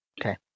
Okay